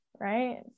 right